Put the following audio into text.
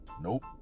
Nope